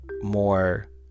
more